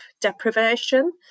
deprivation